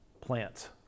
plants